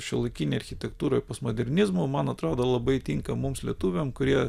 šiuolaikinėj architektūroj postmodernizmu man atrodo labai tinka mums lietuviam kurie